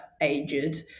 aged